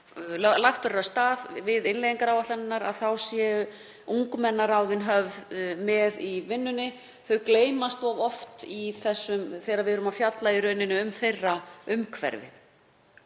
verður af stað við innleiðingaráætlanirnar, að þá séu ungmennaráðin höfð með í vinnunni. Þau gleymast of oft þegar við erum að fjalla um þeirra umhverfi.